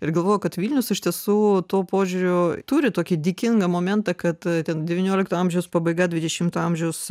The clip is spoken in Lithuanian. ir galvoju kad vilnius iš tiesų tuo požiūriu turi tokį dėkingą momentą kad ten devyniolikto amžiaus pabaiga dvidešimto amžiaus